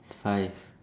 five